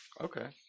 Okay